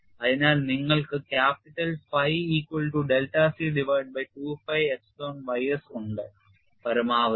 അതിനാൽ നിങ്ങൾക്ക് capital phi equal to delta c divided by 2pi epsilon ys ഉണ്ട് പരമാവധി